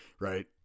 Right